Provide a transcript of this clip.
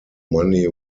money